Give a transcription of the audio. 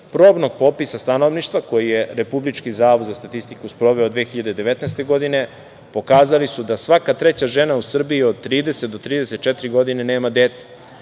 probnog popisa stanovnika, koji je Republički zavod za statistiku sproveo 2019. godine, pokazali su da svaka treća žena u Srbiji od 30 do 34 godina nema dete,